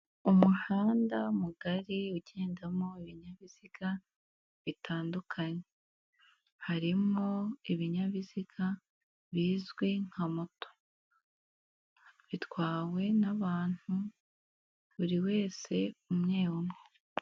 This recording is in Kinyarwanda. Umuhanda mugari ugendamo ibinyabiziga bitandukanye, harimo ibinyabiziga bizwi nka moto, bitwawe n'abantu buri wese umwe umwe.